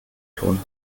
tun